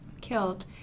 killed